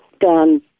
done